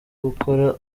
gukora